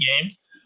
games